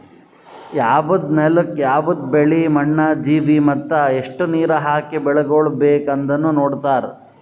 ಯವದ್ ನೆಲುಕ್ ಯವದ್ ಬೆಳಿ, ಮಣ್ಣ, ಜೀವಿ ಮತ್ತ ಎಸ್ಟು ನೀರ ಹಾಕಿ ಬೆಳಿಗೊಳ್ ಬೇಕ್ ಅಂದನು ನೋಡತಾರ್